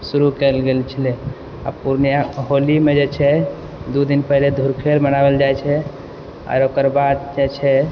शुरू कयल गेल छलै आओर पूर्णिया होलीमे जे छै दू दिन पहिले धुरखेर मनावल जाइ छै आओर ओकरबाद जे छै